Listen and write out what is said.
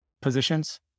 positions